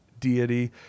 deity